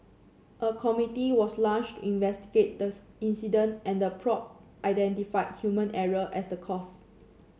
a committee was launched to investigate the incident and the probe identified human error as the cause